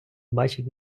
бачить